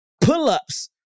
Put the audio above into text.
pull-ups